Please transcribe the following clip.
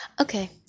Okay